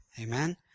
Amen